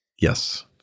Yes